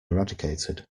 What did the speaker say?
eradicated